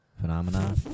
Phenomena